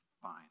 fine